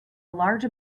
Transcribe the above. large